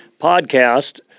podcast